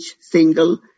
single